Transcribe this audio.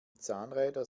zahnräder